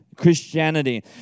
Christianity